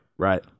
Right